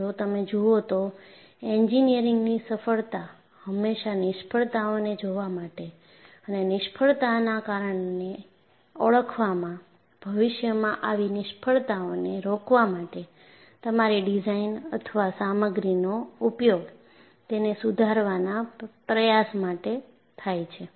જો તમે જુઓ તો એન્જિનિયરિંગની સફળતા હંમેશા નિષ્ફળતાઓને જોવા માટે અને નિષ્ફળતાના કારણને ઓળખવામાં ભવિષ્યમાં આવી નિષ્ફળતાઓને રોકવા માટે તમારી ડિઝાઇન અથવા સામગ્રીનો ઉપયોગ તેને સુધારવાના પ્રયાસ માટે થાય છે